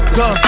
go